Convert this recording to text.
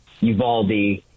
Uvalde